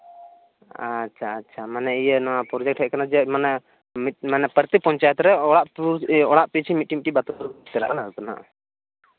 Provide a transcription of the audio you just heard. ᱟᱪᱪᱟ ᱟᱪᱪᱷᱟ ᱢᱟᱱᱮ ᱱᱚᱣᱟ ᱯᱨᱚᱡᱮᱠᱴ ᱦᱮᱡ ᱠᱟᱱᱟ ᱪᱮᱫ ᱢᱟᱱᱮ ᱢᱤᱫ ᱢᱟᱱᱮ ᱯᱨᱚᱛᱤᱴᱤ ᱯᱚᱧᱪᱟᱭᱮᱛ ᱨᱮ ᱚᱲᱟᱜ ᱯᱤᱪᱷᱤ ᱢᱤᱫᱴᱮᱱ ᱢᱤᱫᱴᱮᱱ ᱵᱟᱛᱷᱨᱩᱢ ᱠᱟᱱᱟ